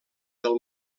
del